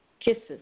Kisses